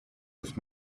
with